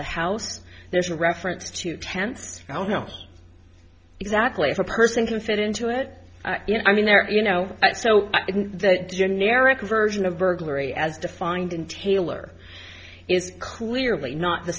the house there's reference to tents i don't know exactly if a person can fit into it i mean there you know so that generic version of burglary as defined in taylor is clearly not the